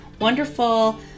wonderful